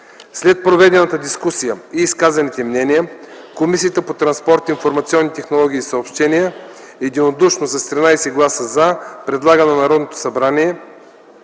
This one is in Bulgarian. След проведената дискусия и изказаните мнения Комисията по транспорт, информационни технологии и съобщения единодушно с 13 гласа „за” предлага на Народното събрание